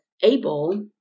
able